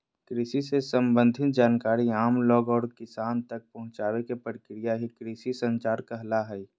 कृषि से सम्बंधित जानकारी आम लोग और किसान तक पहुंचावे के प्रक्रिया ही कृषि संचार कहला हय